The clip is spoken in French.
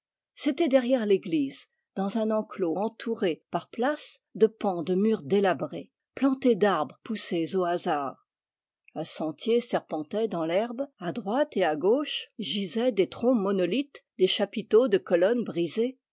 c'était derrière l'église dans un enclos entouré par places de pans de murs délabrés planté d'arbres poussés au hasard un sentier serpentait dans l'herbe a droite à gauche gisaient des troncs monolithes des chapiteaux de colonnes brisées